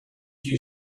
you